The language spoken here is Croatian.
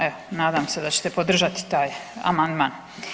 Evo, nadam se da ćete podržati taj amandman.